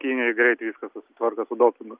kinijoj greit viskas susitvarko su dopingu